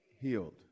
Healed